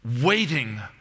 waiting